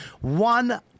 One